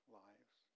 lives